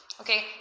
Okay